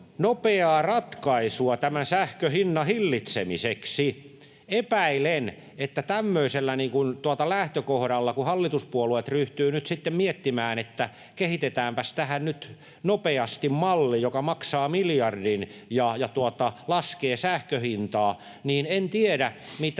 nopeaa ratkaisua tämän sähkön hinnan hillitsemiseksi? Epäilen, että kun tämmöisellä lähtökohdalla hallituspuolueet ryhtyvät nyt miettimään, että kehitetäänpäs tähän nyt nopeasti malli, joka maksaa miljardin ja laskee sähkön hintaa, niin en tiedä, mitä